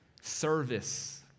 Service